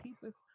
pieces